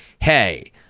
hey